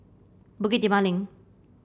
Bukit Timah Link